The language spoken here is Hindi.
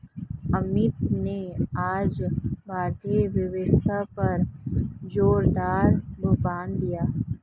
अमित ने आज भारतीय अर्थव्यवस्था पर जोरदार भाषण दिया